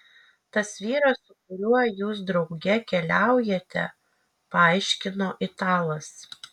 tas vyras su kuriuo jūs drauge keliaujate paaiškino italas